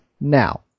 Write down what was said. now